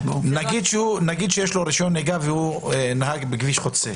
נגיד שיש לו רישיון נהיגה והוא נהג בכביש חוצה